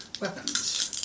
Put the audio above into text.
weapons